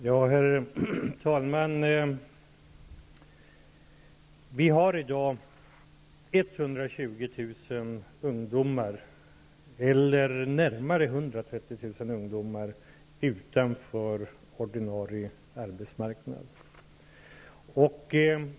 Herr talman! Vi har i dag närmare 130 000 ungdomar utanför ordinarie arbetsmarknad.